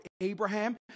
Abraham